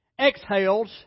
exhales